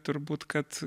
turbūt kad